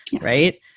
right